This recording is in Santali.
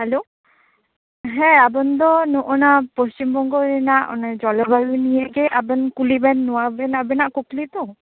ᱦᱮᱞᱳ ᱦᱮᱸ ᱟᱹᱵᱤᱱ ᱫᱚ ᱱᱚᱜᱼᱚᱱᱟ ᱱᱚᱣᱟ ᱯᱚᱪᱷᱤᱢ ᱵᱚᱝᱜᱚ ᱨᱮᱱᱟᱜ ᱚᱱᱟ ᱡᱚᱞᱚᱵᱟᱭᱩ ᱱᱤᱭᱚᱜᱮ ᱟᱹᱵᱤᱱ ᱠᱩᱞᱤᱵᱮᱱ ᱱᱚᱣᱟᱵᱮᱱ ᱟᱹᱵᱤᱱᱟᱜ ᱠᱩᱠᱞᱤ ᱛᱚ